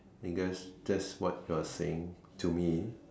because that's what you're saying to me